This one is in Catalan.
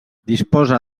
disposa